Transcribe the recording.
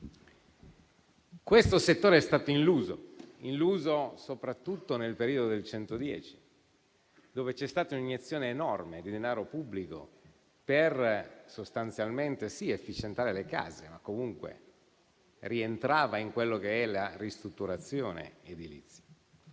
Questo settore è stato illuso, soprattutto nel periodo del superbonus al 110 per cento, quando c'è stata un'iniezione enorme di denaro pubblico sostanzialmente per efficientare le case, ma che comunque rientrava in quella che è la ristrutturazione edilizia.